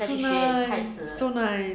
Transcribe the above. so nice so nice